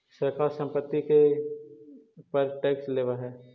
सरकार संपत्ति के पर टैक्स लेवऽ हई